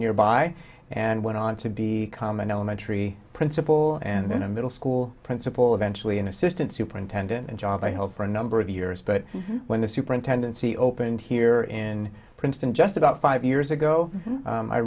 nearby and went on to be common elementary principal and then a middle school principal eventually an assistant superintendent and job i hope for a number of years but when the superintendent she opened here in princeton just about five years ago